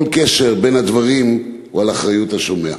כל קשר בין הדברים הוא על אחריות השומע.